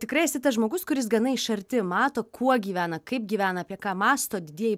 tikrai esi tas žmogus kuris gana iš arti mato kuo gyvena kaip gyvena apie ką mąsto didieji